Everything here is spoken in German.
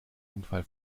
unfall